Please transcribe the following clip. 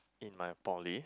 in my poly